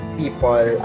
people